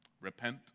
repent